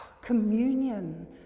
communion